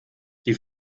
die